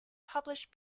published